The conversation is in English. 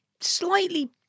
slightly